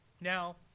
Now